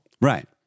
Right